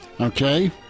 Okay